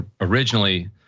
originally